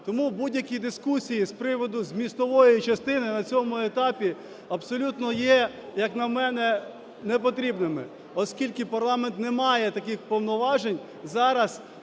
Тому будь-які дискусії з приводу змістової частини на цьому етапі абсолютно є, як на мене, непотрібними, оскільки парламент не має таких повноважень зараз